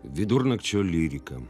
vidurnakčio lyrika